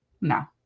No